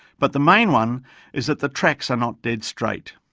but the main one is that the tracks are not dead straight.